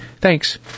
Thanks